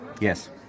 Yes